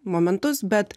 momentus bet